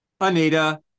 Anita